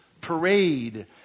parade